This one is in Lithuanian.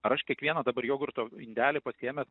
ar aš kiekvieną dabar jogurto indelį pasiėmęs